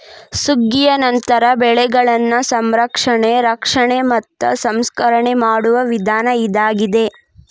ಸುಗ್ಗಿಯ ನಂತರ ಬೆಳೆಗಳನ್ನಾ ಸಂರಕ್ಷಣೆ, ರಕ್ಷಣೆ ಮತ್ತ ಸಂಸ್ಕರಣೆ ಮಾಡುವ ವಿಧಾನ ಇದಾಗಿದೆ